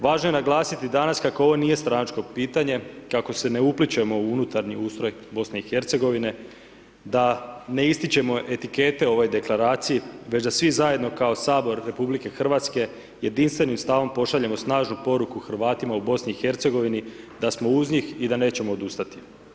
Važno je naglasiti danas, kako ovo nije staračko pitanje, kako se ne uplićemo u unutarnji ustroj BIH, da ne ističimo etikete o ovoj deklaraciji, već da svi zajedno kao Sabor RH, jedinstvenim sustavom poslažemo snažnu poruku Hrvatima u BIH, da smo uz njih i da nećemo odustati.